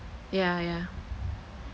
yeah yeah